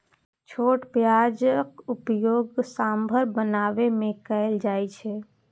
छोट प्याजक उपयोग सांभर बनाबै मे कैल जाइ छै